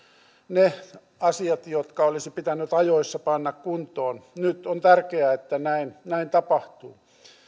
ne asiat jotka olisi pitänyt ajoissa panna kuntoon nyt on tärkeää että näin tapahtuu